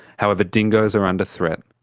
however, dingoes are under threat.